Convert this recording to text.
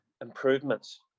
Improvements